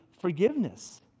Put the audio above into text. forgiveness